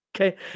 Okay